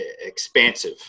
expansive